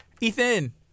Ethan